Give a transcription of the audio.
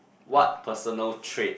what personal trait